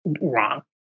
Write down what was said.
wrong